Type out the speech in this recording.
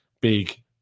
big